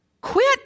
Quit